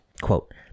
quote